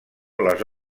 les